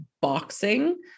boxing